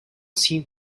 seemed